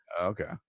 Okay